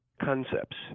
concepts